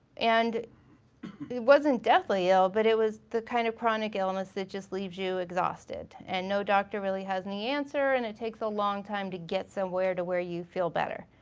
and it wasn't deathly ill, but it was the kind of chronic illness that just leaves you exhausted and no doctor really has any answer and it takes a long time to get somewhere to where you feel better.